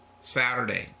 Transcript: Saturday